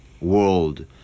world